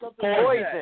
Poison